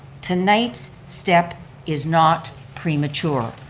tonight's step is not premature,